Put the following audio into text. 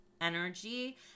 energy